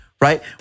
right